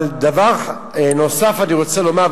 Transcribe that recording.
אבל דבר נוסף אני רוצה לומר,